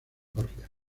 georgia